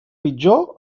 pitjor